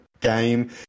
game